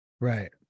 Right